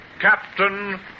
Captain